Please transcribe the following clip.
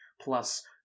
plus